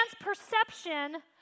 perception